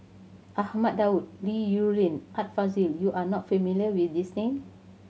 Ahmad Daud Li Rulin and Art Fazil you are not familiar with these name